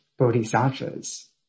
bodhisattvas